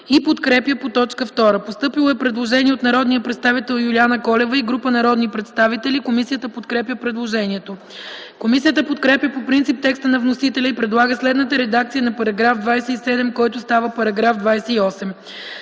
го подкрепя по т. 2. Постъпило е предложение от Юлиана Колева и група народни представители. Комисията подкрепя предложението. Комисията подкрепя по принцип текста на вносителя и предлага следната редакция на § 27, който става § 28: „§ 28.